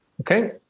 Okay